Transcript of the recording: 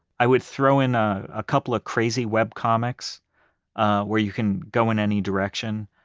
i would throw in a ah couple of crazy webcomics where you can go in any direction.